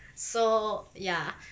so ya